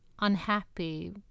unhappy